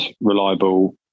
reliable